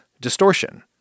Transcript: distortion